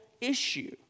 issue